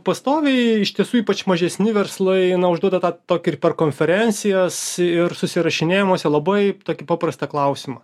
pastoviai iš tiesų ypač mažesni verslai užduoda tą tokį ir per konferencijas ir susirašinėjimuose labai tokį paprastą klausimą